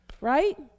right